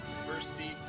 University